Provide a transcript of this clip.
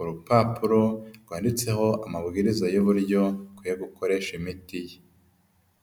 urupapuro rwanditseho amabwiriza y'ububuryo akwiye gukoresha imiti ye.